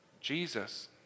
Jesus